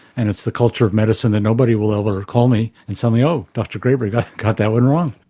and it's the culture of medicine that nobody will ever call me and tell me, oh, dr graber, you got got that one wrong.